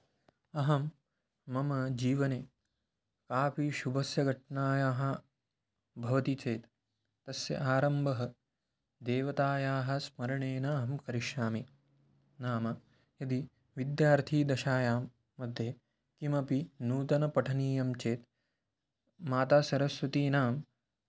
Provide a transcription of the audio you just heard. अहं मम जीवने कापि शुभस्य घटनायाः भवति चेत् तस्य आरम्भं देवतायाः स्मरणेन अहं करिष्यामि नाम यदि विद्यार्थिदशायां मध्ये किमपि नूतनं पठनीयं चेत् मातासरस्वतीनां